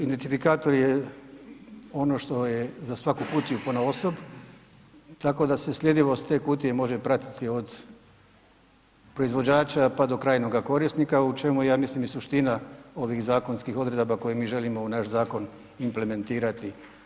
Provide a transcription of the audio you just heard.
Identifikator je ono što je za svaku kutiju ponaosob, tako da se sljedivost te kutije može pratiti od proizvođača, pa do krajnjega korisnika u čemu je, ja mislim, i suština ovih zakonskih odredaba koje mi želimo u naš zakon implementirati.